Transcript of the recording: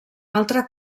altre